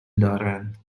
دارند